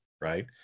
Right